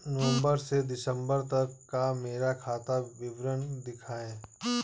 नवंबर से दिसंबर तक का मेरा खाता विवरण दिखाएं?